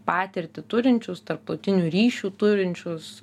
patirtį turinčius tarptautinių ryšių turinčius